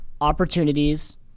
opportunities